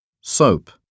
Soap